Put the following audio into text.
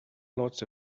lots